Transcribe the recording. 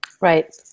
right